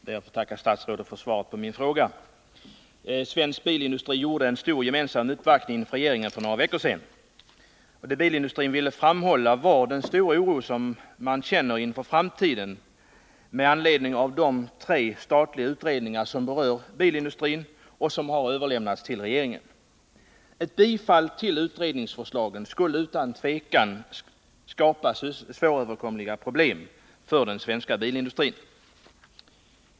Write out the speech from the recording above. Herr talman! Jag ber att få tacka statsrådet för svaret på min fråga. Representanter för svensk bilindustri gjorde för några veckor sedan en stor gemensam uppvaktning hos regeringen. Det bilindustrins representanter ville framhålla var den stora oro som de känner inför framtiden med anledning av de tre statliga utredningar som berör bilindustrin och som har överlämnats till regeringen. Ett bifall till utredningsförslagen skulle utan tvivel skapa svåröverkomliga problem för den svenska bilindustrin.